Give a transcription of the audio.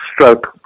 stroke